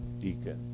deacon